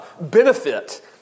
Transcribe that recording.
benefit